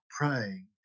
praying